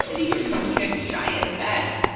mindy, you're making a giant mess.